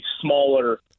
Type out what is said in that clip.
smaller